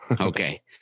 okay